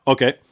Okay